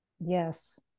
Yes